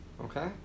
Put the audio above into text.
Okay